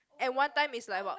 and one time is like about